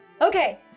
Okay